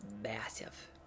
massive